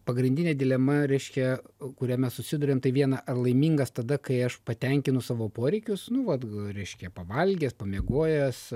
pagrindinė dilema reiškia kuria mes susiduriam tai viena ar laimingas tada kai aš patenkinu savo poreikius nu vat reiškia pavalgęs pamiegojęs